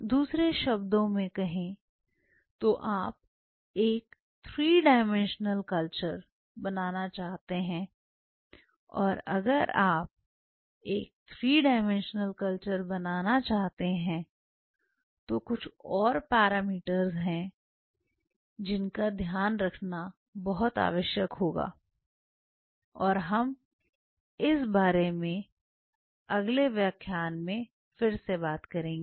दूसरे शब्दों में कहें तो आप एक 3 डाइमेंशनल कल्चर बनाना चाहते हैं और अगर आप एक ३ डाइमेंशनल कल्चर बनाना चाहते हैं तो कुछ और पैरामीटर्स हैं जिनका ध्यान रखना होगा और हम इस बारे में आगे फिर से बात करेंगे